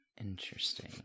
Interesting